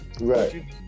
right